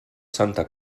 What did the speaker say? santa